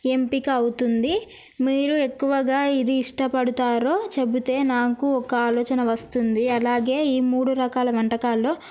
ఎంపిక అవుతుంది మీరు ఎక్కువగా ఏది ఇష్టపడతారో చెబుతే నాకు ఒక ఆలోచన వస్తుంది అలాగే ఈ మూడు రకాల వంటకాల్లో